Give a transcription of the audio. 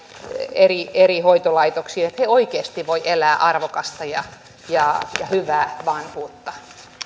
eri eri hoitolaitoksiin että he oikeasti voivat elää arvokasta ja ja hyvää vanhuutta